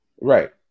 Right